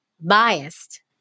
biased